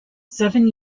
seven